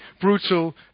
brutal